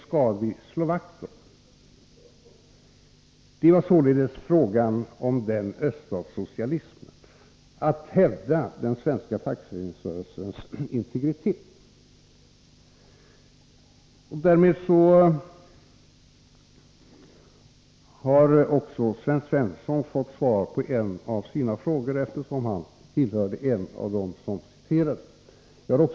Det var således detta som man tagit upp som en fråga om öststatssocialism: att hävda den svenska fackföreningsrörelsens integritet. Därmed har Sten Svensson fått svar på en av sina frågor. Han var ju en av dem som citerade uttalanden av mig.